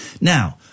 Now